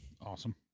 Awesome